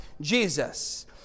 Jesus